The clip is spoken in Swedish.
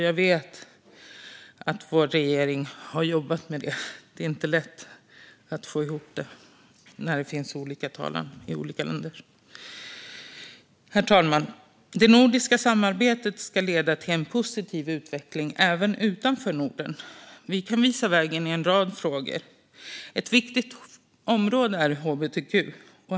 Jag vet att vår regering har jobbat med detta. Det är inte lätt att få ihop det när länderna tycker olika. Herr talman! Det nordiska samarbetet ska leda till en positiv utveckling även utanför Norden. Vi kan visa vägen i en rad frågor. Ett viktigt område är hbtq.